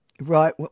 right